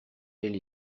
elle